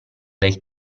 del